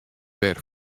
wer